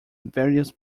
various